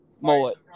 Mullet